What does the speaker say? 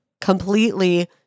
completely